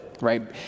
right